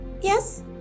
Yes